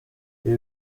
ibi